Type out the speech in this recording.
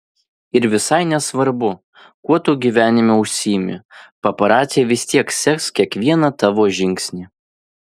ir visai nesvarbu kuo tu gyvenime užsiimi paparaciai vis tiek seks kiekvieną tavo žingsnį